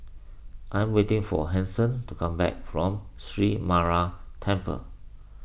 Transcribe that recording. I'm waiting for Hanson to come back from Sree Temple